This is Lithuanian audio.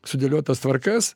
sudėliotas tvarkas